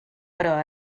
però